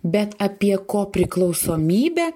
bet apie kopriklausomybę